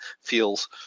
feels